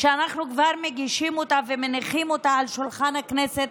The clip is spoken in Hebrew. שאנחנו מגישים אותה ומניחים אותה על שולחן הכנסת